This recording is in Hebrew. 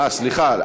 אין, סליחה.